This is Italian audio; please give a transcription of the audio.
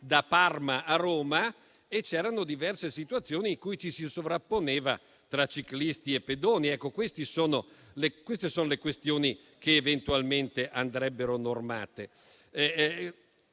non sembra - e c'erano diverse situazioni in cui ci si sovrapponeva tra ciclisti e pedoni. Ecco, queste sono le questioni che eventualmente andrebbero normate.